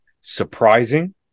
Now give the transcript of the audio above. surprising